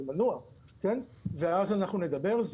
אני מנוּעַ ואז אנחנו נדבר.